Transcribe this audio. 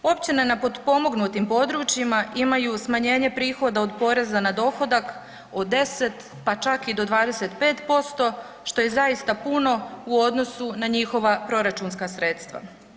Općine na potpomognutim područjima imaju smanjenje prihoda od poreza na dohodak od 10, pa čak i do 25% što je zaista puno u odnosu na njihova proračunska sredstva.